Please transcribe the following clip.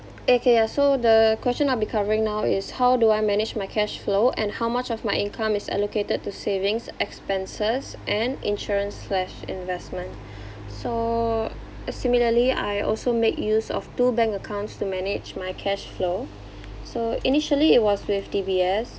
okay ya so the question I'll be covering now is how do I manage my cash flow and how much of my income is allocated to savings expenses and insurance slash investment so similarly I also make use of two bank accounts to manage my cash flow so initially it was with D_B_S